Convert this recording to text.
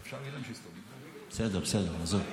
בסדר, בסדר, עזוב.